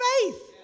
faith